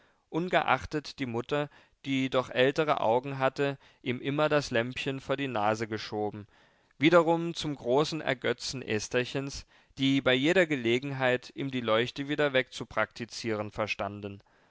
ungeachtet die mutter die doch ältere augen hatte ihm immer das lämpchen vor die nase geschoben wiederum zum großen ergötzen estherchens die bei jeder gelegenheit ihm die leuchte wieder wegzupraktizieren verstanden